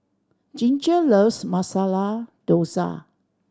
Ginger loves Masala Dosa